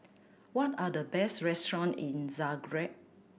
what are the best restaurant in Zagreb